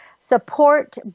support